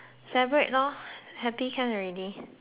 happy can already